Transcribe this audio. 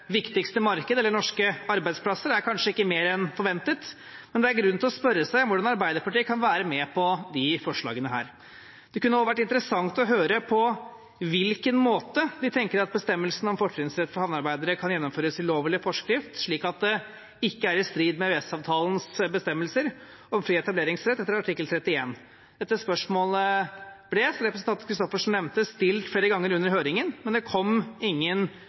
viktigste marked eller norske arbeidsplasser, er kanskje ikke mer enn forventet. Men det er grunn til å spørre seg hvordan Arbeiderpartiet kan være med på disse forslagene. Det kunne også vært interessant å høre på hvilken måte de tenker at bestemmelsen om fortrinnsrett for havnearbeidere kan gjennomføres i lov eller forskrift slik at den ikke er i strid med EØS-avtalens bestemmelser om fri etableringsrett etter artikkel 31. Dette spørsmålet ble, som representanten Christoffersen nevnte, stilt flere ganger under høringen, men det kom ingen